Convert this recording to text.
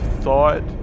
thought